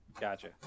Gotcha